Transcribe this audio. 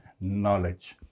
knowledge